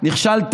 נכשלתם.